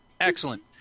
Excellent